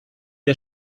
der